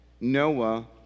Noah